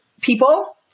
people